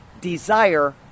desire